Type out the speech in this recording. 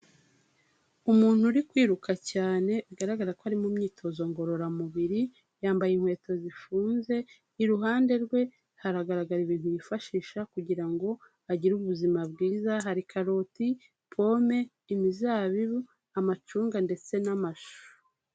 Umuntu uri kwiruka cyane bigaragara ko ari mu myitozo ngororamubiri, yambaye inkweto zifunze, iruhande rwe haragaragara ibintu yifashisha kugira ngo agire ubuzima bwiza, hari karoti, pome, imizabibu, amacunga ndetse n'amashu.